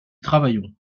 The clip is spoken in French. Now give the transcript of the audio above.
travaillons